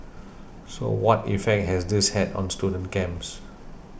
so what effect has this had on student camps